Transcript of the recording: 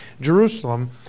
Jerusalem